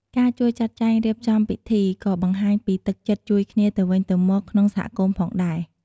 ការជួយចាត់ចែងរៀបចំពិធី ក៏បង្ហាញពីទឹកចិត្តជួយគ្នាទៅវិញទៅមកក្នុងសហគមន៍ផងដែរ។